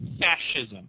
fascism